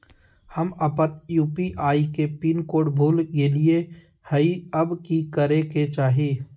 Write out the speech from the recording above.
हम अपन यू.पी.आई के पिन कोड भूल गेलिये हई, अब की करे के चाही?